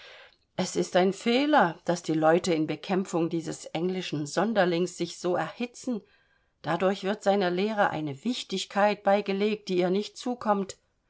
es ist ein fehler daß die leute in bekämpfung dieses englischen sonderlings sich so erhitzen dadurch wird seiner lehre eine wichtigkeit beigelegt die ihr nicht zukommt